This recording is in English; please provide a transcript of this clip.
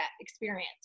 experience